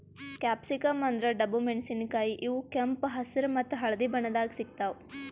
capsicum ಅಂದ್ರ ಡಬ್ಬು ಮೆಣಸಿನಕಾಯಿ ಇವ್ ಕೆಂಪ್ ಹೆಸ್ರ್ ಮತ್ತ್ ಹಳ್ದಿ ಬಣ್ಣದಾಗ್ ಸಿಗ್ತಾವ್